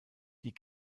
die